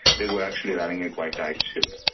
they were actually running a quite tight ship.